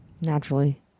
Naturally